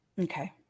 okay